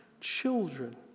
children